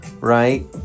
right